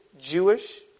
Jewish